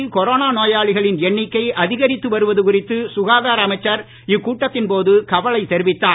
நாட்டில் கொரோனா நோயாளிகளின் எண்ணிக்கை அதிகரித்து வருவது குறித்து சுகாதார அமைச்சர் இக்கூட்டத்தின் போது கவலை தெரிவித்தார்